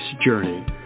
journey